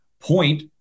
point